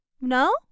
No